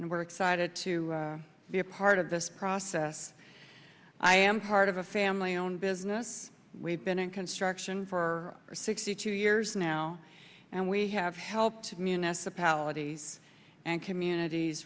excited to be a part of this process i am part of a family owned business we've been in construction for for sixty two years now and we have helped municipalities and communities